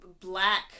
black